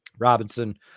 Robinson